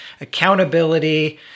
accountability